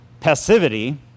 passivity